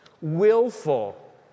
Willful